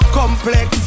complex